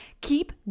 Keep